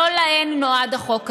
לא להן נועד החוק הזה.